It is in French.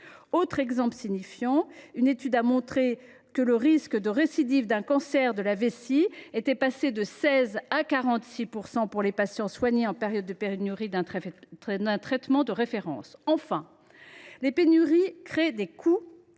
autre exemple significatif. Selon une étude, le risque de récidive d’un cancer de la vessie était passé de 16 % à 46 % pour les patients soignés en période de pénurie d’un traitement de référence. Enfin, les pénuries ont un coût.